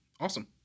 awesome